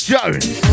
Jones